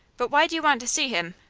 but why do you want to see him?